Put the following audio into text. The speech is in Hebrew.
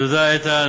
תודה, איתן.